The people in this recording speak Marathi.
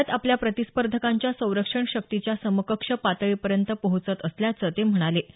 भारत आपल्या प्रतिस्पर्धकांच्या संरक्षण शक्तीच्या समकक्ष पातळीपर्यंत पोहोचत असल्याचं ते म्हणाले